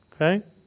Okay